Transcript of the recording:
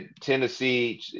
Tennessee